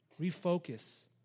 refocus